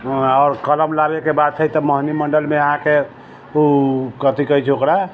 आओर कलम लागैके बाद फेर तऽ मोहनी मण्डलमे आके ओ कथि कहै छै ओकरा